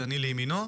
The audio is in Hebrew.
ואני לימינו,